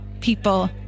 people